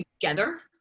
together